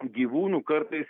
gyvūnų kartais